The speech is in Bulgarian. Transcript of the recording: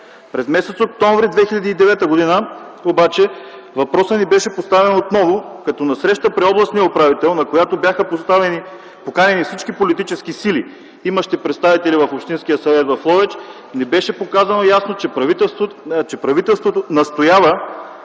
През м. октомври 2009 г. обаче въпросът ми беше поставен отново, като на среща при областния управител, на която бяха поканени всички политически сили, имащи представители в Общинския съвет в Ловеч, ни беше показано ясно, че правителството настоява